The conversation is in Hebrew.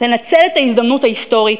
לנצל את ההזדמנות ההיסטורית,